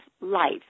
life